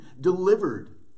delivered